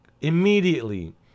immediately